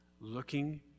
looking